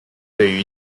对于